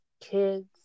kids